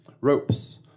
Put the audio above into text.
Ropes